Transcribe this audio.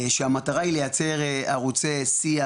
שהמטרה היא לייצר ערוצי שיח,